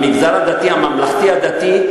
המגזר הממלכתי-דתי,